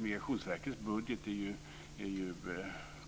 Migrationsverkets budget är